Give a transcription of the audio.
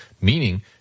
meaning